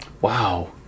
Wow